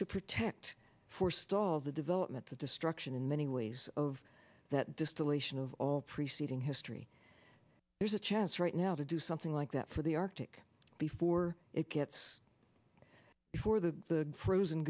to protect forestall the development the destruction in many ways of that distillation of all preceding history there's a chance right now to do something like that for the arctic before it gets before the frozen